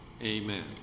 Amen